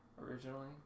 originally